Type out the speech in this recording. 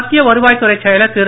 மத்திய வருவாய்த் துறைச் செயலர் திரு